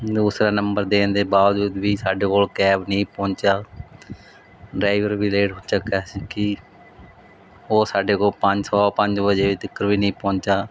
ਦੂਸਰਾ ਨੰਬਰ ਦੇਣ ਦੇ ਬਾਵਜੂਦ ਵੀ ਸਾਡੇ ਕੋਲ ਕੈਬ ਨਹੀਂ ਪਹੁੰਚਿਆ ਡਰਾਈਵਰ ਵੀ ਲੇਟ ਚੱਕਿਆ ਸੀ ਕੀ ਉਹ ਸਾਡੇ ਕੋਲ ਪੰਜ ਸਵਾ ਪੰਜ ਵਜੇ ਤੀਕਰ ਵੀ ਨਹੀਂ ਪਹੁੰਚਾ